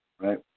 Right